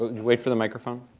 you wait for the microphone?